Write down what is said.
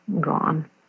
gone